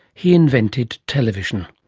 he invented television.